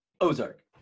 Ozark